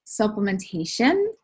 supplementation